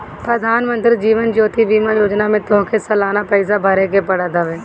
प्रधानमंत्री जीवन ज्योति बीमा योजना में तोहके सलाना पईसा भरेके पड़त हवे